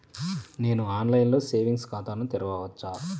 నేను ఆన్లైన్లో సేవింగ్స్ ఖాతాను తెరవవచ్చా?